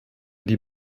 die